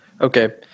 Okay